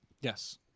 Yes